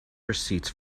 receipts